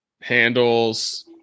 handles